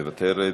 מוותרת,